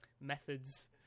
Methods